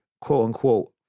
quote-unquote